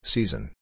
Season